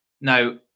now